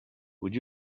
would